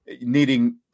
needing